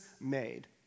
made